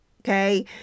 okay